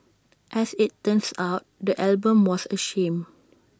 as IT turns out the album was A sham